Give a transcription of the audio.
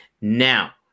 Now